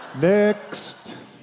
Next